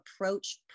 approach